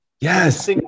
Yes